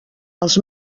els